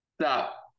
Stop